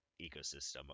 ecosystem